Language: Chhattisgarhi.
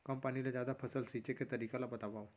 कम पानी ले जादा फसल सींचे के तरीका ला बतावव?